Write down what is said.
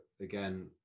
again